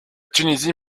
tunisie